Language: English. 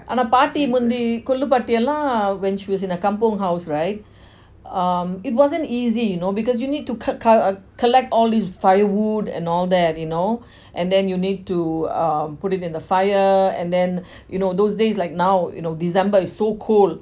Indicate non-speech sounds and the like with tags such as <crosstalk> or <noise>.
அனா பாட்டி முந்து கொள்ளு பாட்டி எல்லாம்:ana paati munthu kollu paati ellam when she was in a kampong house right um it wasn't easy you know because you need to cu~ co~ err collect all these firewood and all that you know and then you need to uh put it in fire and then <breath> you know those days like now you know december is so cold